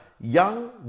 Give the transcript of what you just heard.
young